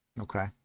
okay